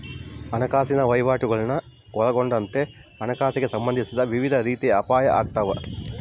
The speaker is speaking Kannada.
ಹಣಕಾಸಿನ ವಹಿವಾಟುಗುಳ್ನ ಒಳಗೊಂಡಂತೆ ಹಣಕಾಸಿಗೆ ಸಂಬಂಧಿಸಿದ ವಿವಿಧ ರೀತಿಯ ಅಪಾಯ ಆಗ್ತಾವ